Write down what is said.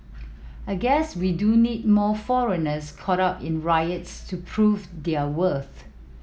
I guess we do need more foreigners caught up in riots to prove their worth